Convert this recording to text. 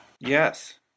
Yes